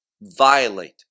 violate